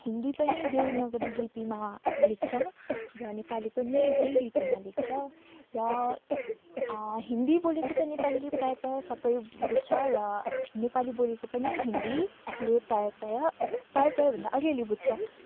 हिन्दी पनि देवनागरी लिपिमा लेख्छ र नेपाली पनि त्यही लिपिमा लेख्छ र हिन्दी बोलेको त नेपालीले प्रायः प्रायः सबै बुझ्छ र नेपाली बोलेको पनि हिन्दीले प्रायः प्रायः प्रायः प्रायःभन्दा अलिअलि बुझ्छ